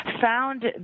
found